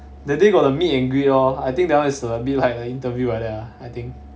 that day got the meet and greet lor I think that one is a bit like a interview like that ah I think